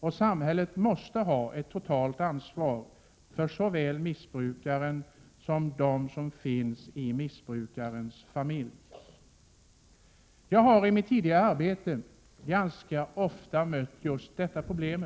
och samhället måste ta ett totalt ansvar för såväl missbrukaren som missbrukarens familj. Jag har i mitt tidigare arbete ganska ofta mött just detta problem.